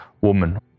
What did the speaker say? woman